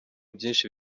byinshi